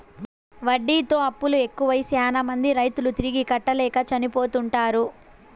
వడ్డీతో అప్పులు ఎక్కువై శ్యానా మంది రైతులు తిరిగి కట్టలేక చనిపోతుంటారు